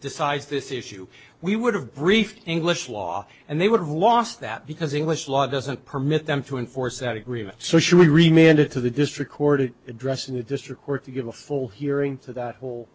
decides this issue we would have briefed english law and they would have lost that because english law doesn't permit them to enforce that agreement so should we remained it to the district court to address in the district court to give a full hearing to that whole